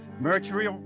Mercury